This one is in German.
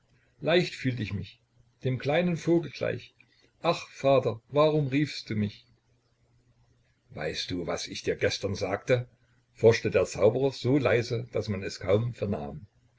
leicht fühlt ich mich dem kleinen vogel gleich ach vater warum riefst du mich weißt du was ich dir gestern sagte forschte der zauberer so leise daß man es kaum vernahm